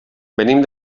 venim